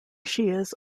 shias